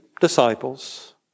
disciples